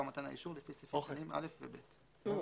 מתן האישור לפי סעיפים קטנים (א) ו-(ב).